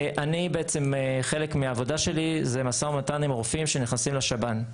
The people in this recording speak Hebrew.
אני בעצם חלק מהעבודה שלי זה משא ומתן עם רופאים שנכנסים לשב"ן.